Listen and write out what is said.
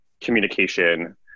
communication